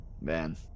Man